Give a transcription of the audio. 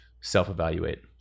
self-evaluate